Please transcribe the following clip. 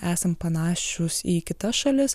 esame panašūs į kitas šalis